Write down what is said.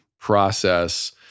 Process